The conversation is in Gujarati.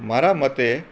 મારા મતે